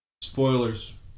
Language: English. Spoilers